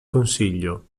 consiglio